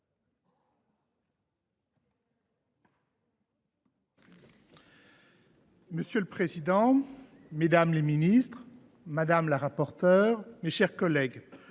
Monsieur le président, mesdames les ministres, madame la rapporteure, mes chers collègues,